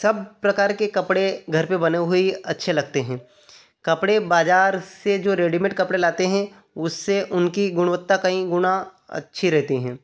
सब प्रकार के कपड़े घर पर बने हुए ही अच्छे लगते हैं कपड़े बाज़ार से जो रेडीमेड कपड़े लाते हैं उससे उनकी गुणवत्ता कई गुणा अच्छी रहती हैं